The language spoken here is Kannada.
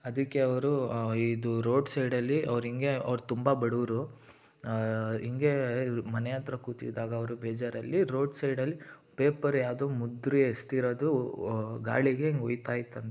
ಅದಕ್ಕೆ ಅವರು ಇದು ರೋಡ್ ಸೈಡಲ್ಲಿ ಅವ್ರು ಹಿಂಗೆ ಅವ್ರು ತುಂಬ ಬಡುವರು ಹಿಂಗೆ ಮನೆ ಹತ್ರ ಕೂತಿದ್ದಾಗ ಅವರು ಬೇಜಾರಲ್ಲಿ ರೋಡ್ ಸೈಡಲ್ಲಿ ಪೇಪರ್ ಯಾವುದೋ ಮುದುರಿ ಎಸೆದಿರೋದು ಗಾಳಿಗೆ ಹಿಂಗೆ ಹೋಗ್ತಾ ಇತ್ತಂತೆ